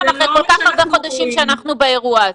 אחרי כל כך הרבה חודשים שאנחנו באירוע הזה.